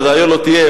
וזה היה לא תהיה,